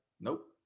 Nope